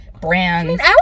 brands